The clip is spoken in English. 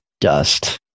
dust